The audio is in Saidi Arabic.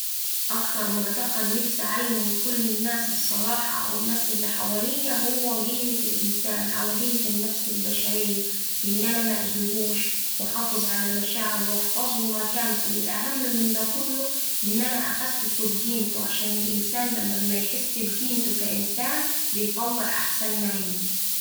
أكتر معتقد نفسي أعلمه لكل الناس الصراحة أو الناس اللي حواليه هوه قيمة الإنسان أو قيمة النفس البشرية، إن أنا مأذيهوش وأحافظ على مشاعره وأحفظله مكانته والأهم من دا كله إن أنا أحسسه بقيمته عشان الإنسان لما أما يحس بقيمته كإنسان بيطلع أحسن ما عنده.